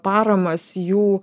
paramas jų